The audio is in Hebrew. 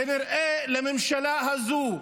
כנראה לממשלה הזו,